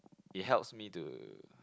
it helps me to